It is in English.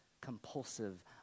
compulsive